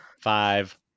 five